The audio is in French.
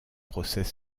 procès